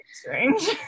strange